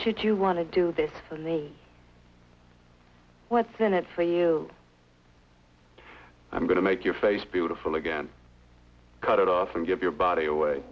should you want to do this for the what's in it for you i'm going to make your face beautiful again cut it off and give your body away